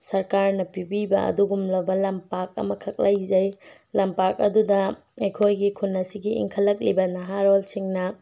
ꯁꯔꯀꯥꯔꯅ ꯄꯤꯕꯤꯕ ꯑꯗꯨꯒꯨꯝꯂꯕ ꯂꯝꯄꯥꯛ ꯑꯃꯈꯛ ꯂꯩꯖꯩ ꯂꯝꯄꯥꯛ ꯑꯗꯨꯗ ꯑꯩꯈꯣꯏꯒꯤ ꯈꯨꯜ ꯑꯁꯤꯒꯤ ꯏꯟꯈꯠꯂꯛꯂꯤꯕ ꯅꯍꯥꯔꯣꯜꯁꯤꯡꯅ